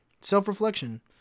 self-reflection